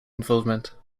involvement